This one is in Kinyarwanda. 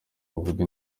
ruvuga